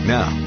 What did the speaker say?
Now